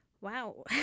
wow